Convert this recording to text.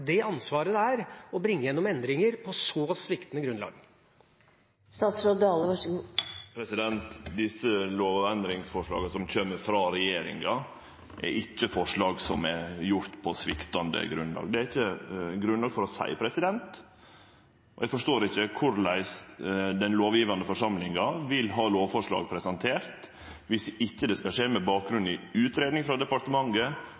det ansvaret det er å bringe igjennom endringer på så sviktende grunnlag. Dei lovendringsforslaga som kjem frå regjeringa, er ikkje forslag som er fremja på sviktande grunnlag, det er det ikkje grunnlag for å seie. Eg forstår ikkje korleis den lovgjevande forsamlinga vil ha lovforslag presentert viss det ikkje skal skje med